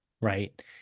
right